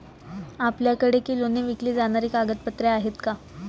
आपल्याकडे किलोने विकली जाणारी कागदपत्रे आहेत का?